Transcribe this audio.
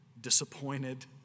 disappointed